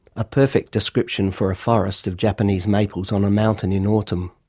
a perfect description for a forest of japanese maples on a mountain in autumn!